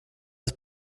des